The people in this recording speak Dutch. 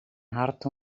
hart